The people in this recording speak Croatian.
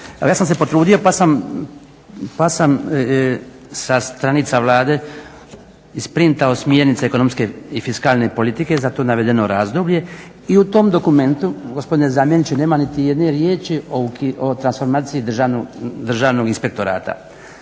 ja sam se potrudio pa sam sa stranica Vlade isprintao smjernice ekonomske i fiskalne politike za to navedeno razdoblje i u tom dokumentu gospodine zamjeniče nema niti jedne riječi o transformaciji Državnog inspektorata.